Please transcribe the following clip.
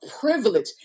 privilege